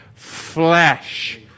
Flesh